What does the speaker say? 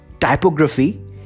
typography